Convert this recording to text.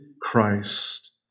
Christ